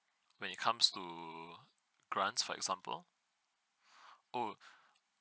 when it comes to grants for example oh